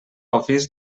office